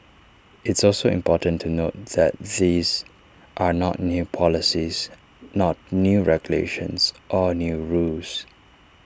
it's also important to note that these are not new policies not new regulations or new rules